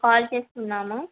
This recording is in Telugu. కాల్ చేస్తున్నాము